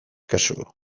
kasu